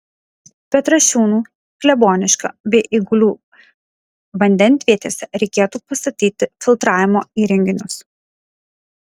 petrašiūnų kleboniškio bei eigulių vandenvietėse reikėtų pastatyti filtravimo įrenginius